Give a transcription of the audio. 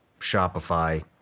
Shopify